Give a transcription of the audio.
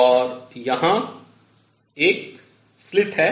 और यहाँ एक स्लिट है